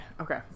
Okay